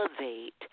elevate